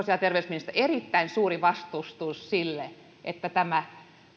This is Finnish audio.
ja terveysministeriössä erittäin suuri vastustus sille että tämä